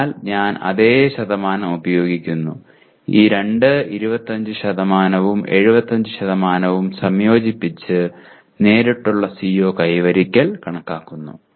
അതിനാൽ ഞാൻ അതേ ശതമാനം ഉപയോഗിക്കുന്നു ഈ രണ്ട് 25 ഉം 75 ഉം സംയോജിപ്പിച്ച് നേരിട്ടുള്ള CO കൈവരിക്കൽ കണക്കാക്കുന്നു